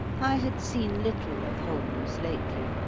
i had seen little of holmes lately.